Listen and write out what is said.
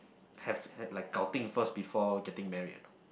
have have like 搞定 first before getting married